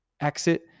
exit